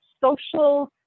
social